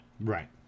Right